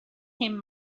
him